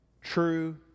true